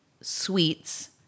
sweets